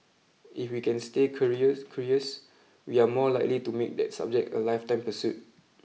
if we can stay curious we are more likely to make that subject a lifetime pursuit